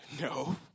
No